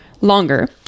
longer